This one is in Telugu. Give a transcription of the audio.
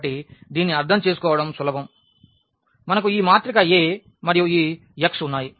కాబట్టి దీన్ని అర్థం చేసుకోవడం సులభం మనకు ఈ మాత్రిక A మరియు ఈ x ఉన్నాయి